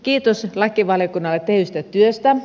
kiitos lakivaliokunnalle tehdystä työstä